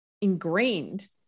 ingrained